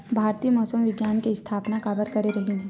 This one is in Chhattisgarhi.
भारती मौसम विज्ञान के स्थापना काबर करे रहीन है?